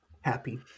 happy